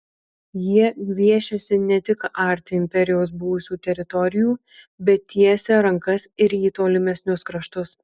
jie gviešiasi ne tik arti imperijos buvusių teritorijų bet tiesia rankas ir į tolimesnius kraštus